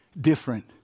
different